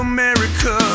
America